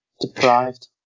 deprived